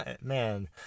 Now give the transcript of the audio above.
Man